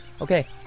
Okay